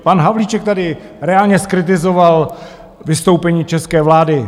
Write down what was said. Pan Havlíček tady reálně zkritizoval vystoupení české vlády.